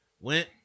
Went